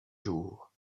jours